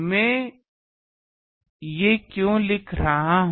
मैं ये क्यों लिख रहा हूं